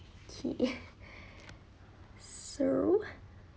so